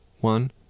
One